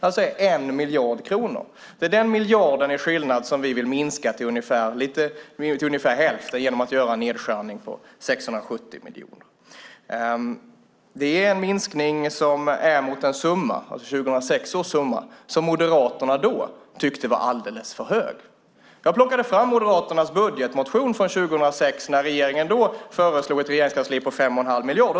Det är den miljarden i skillnad som vi vill minska till ungefär hälften genom att göra en nedskärning på 670 miljoner. Det är en minskning mot 2006 års summa, som Moderaterna då tyckte var alldeles för hög. Jag plockade fram Moderaternas budgetmotion från 2006 när regeringen föreslog ett regeringskansli på 5 1⁄2 miljard.